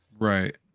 right